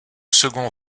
second